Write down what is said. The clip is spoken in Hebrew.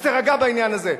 אז תירגע בעניין הזה.